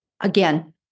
again